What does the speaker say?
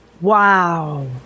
wow